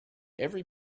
every